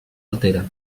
altera